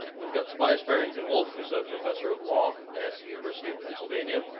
we've got tobias barrington wolff, who is a professor of law at the university of pennsylvania,